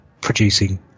producing